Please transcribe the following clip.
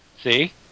See